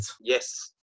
Yes